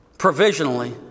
provisionally